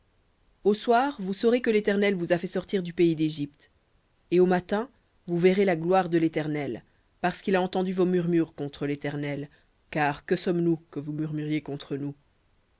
au soir vous saurez que l'éternel vous a fait sortir du pays dégypte et au matin vous verrez la gloire de l'éternel parce qu'il a entendu vos murmures contre l'éternel car que sommes-nous que vous murmuriez contre nous